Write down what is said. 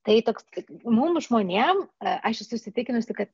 tai toks mum žmonėm aš esu įsitikinusi kad